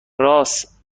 راس